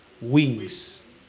wings